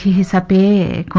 he's happy